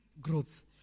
growth